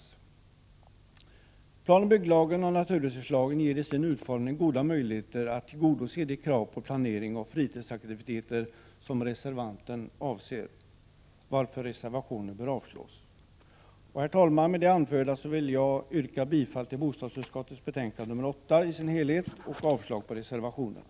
Som planoch bygglagen samt naturresurslagen är utformade innebär de goda möjligheter att tillgodose de krav på planering av fritidsaktiviteter som reservanten avser, varför reservationen bör avslås. Herr talman! Med det anförda yrkar jag bifall till hemställan i bostadsutskottets betänkande 8 i dess helhet och avslag på reservationerna.